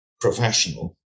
professional